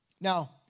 Now